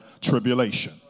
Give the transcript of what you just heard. tribulation